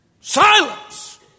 Silence